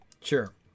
Sure